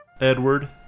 Edward